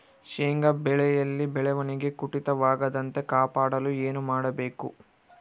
ಶೇಂಗಾ ಬೆಳೆಯಲ್ಲಿ ಬೆಳವಣಿಗೆ ಕುಂಠಿತವಾಗದಂತೆ ಕಾಪಾಡಲು ಏನು ಮಾಡಬೇಕು?